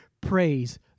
Praise